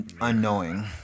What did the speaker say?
Unknowing